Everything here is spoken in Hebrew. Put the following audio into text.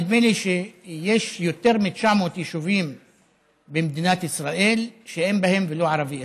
נדמה לי שיש יותר מ-900 יישובים במדינת ישראל שאין בהם ולו ערבי אחד.